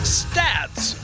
stats